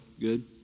good